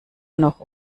noch